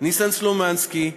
ניסן סלומינסקי,